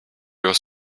your